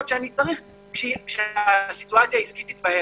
שאני צריך כשהסיטואציה העסקית תתבהר.